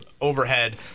overhead